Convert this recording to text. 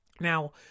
Now